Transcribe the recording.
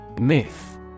Myth